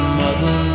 mother